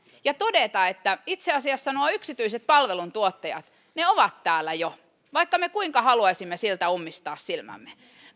ja todeta että itse asiassa nuo yksityiset palveluntuottajat ovat täällä jo vaikka me kuinka haluaisimme siltä ummistaa silmämme